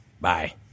Bye